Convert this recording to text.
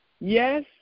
Yes